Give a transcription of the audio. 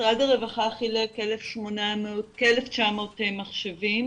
משרד הרווחה חילק כ-1,900 מחשבים,